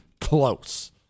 close